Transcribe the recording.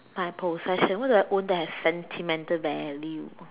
my possession what do I own that has sentimental value